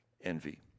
envy